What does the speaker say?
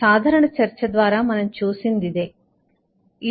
సాధారణ చర్చ ద్వారా మనం చూసినది ఇదే